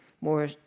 more